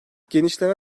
genişleme